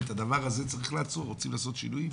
את הדבר הזה צריך לעצור, רוצים לעשות שינוי?